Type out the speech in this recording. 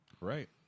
Right